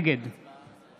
נגד